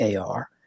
AR